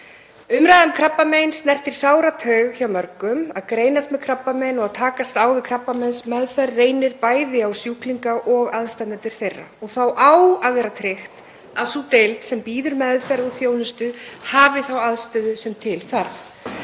Umræða um krabbamein snertir sára taug hjá mörgum, að greinast með krabbamein og að takast á við krabbameinsmeðferð reynir bæði á sjúklinga og aðstandendur þeirra og þá á að vera tryggt að sú deild sem býður meðferð og þjónustu hafi þá aðstöðu sem til þarf.